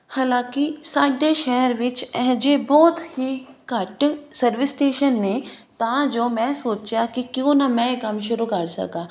ਹਲਾਂ ਕਿ ਸਾਡੇ ਸ਼ਹਿਰ ਵਿੱਚ ਇਹੋ ਜਿਹੇ ਬਹੁਤ ਹੀ ਘੱਟ ਸਰਵਿਸ ਸਟੇਸ਼ਨ ਨੇ ਤਾਂ ਜੋ ਮੈਂ ਸੋਚਿਆ ਕਿ ਕਿਉਂ ਨਾ ਮੈਂ ਇਹ ਕੰਮ ਸ਼ੁਰੂ ਕਰ ਸਕਾਂ